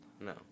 No